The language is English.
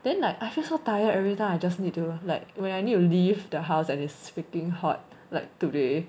then like I feel so tired everytime I just need to like when I need to leave the house and it's freaking hot like today